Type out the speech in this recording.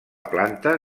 planta